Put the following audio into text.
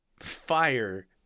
fire